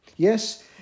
Yes